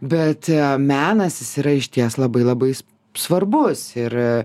bet menas yra išties labai labai svarbus ir